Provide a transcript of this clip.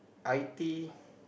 i_t